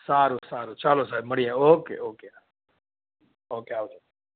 સારું સારું ચાલો સાહેબ મળીએ ઓકે ઓકે હા ઓકે આવજો